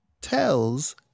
tells